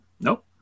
nope